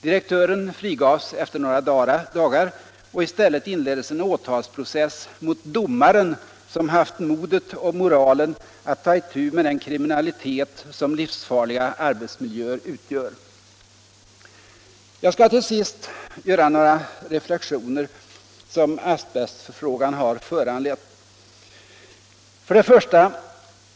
Direktören frigavs efter några dagar, och i stället inleddes en åtalsprocess mot domaren som haft modet och moralen att ta itu med den kriminalitet som livsfarliga arbetsmiljöer utgör. Jag skall till sist göra några reflexioner som asbestfrågan har föranlett: 1.